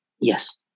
yes